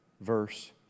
Verse